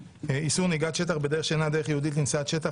(איסור נהיגת שטח בדרך שאינה דרך ייעודית לנסיעת שטח),